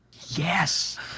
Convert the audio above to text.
Yes